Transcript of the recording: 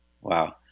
Wow